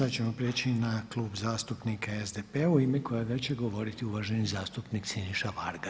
Sada ćemo prijeći na Klub zastupnika SDP-a u ime kojega će govoriti uvaženi zastupnik Siniša Varga.